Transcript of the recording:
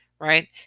right